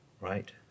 right